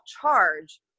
charge